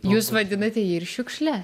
jūs vadinate jį ir šiukšle